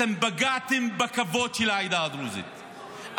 אתם פגעתם בכבוד של העדה הדרוזית,